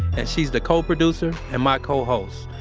and she's the co-producer and my co-host,